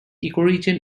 ecoregion